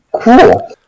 Cool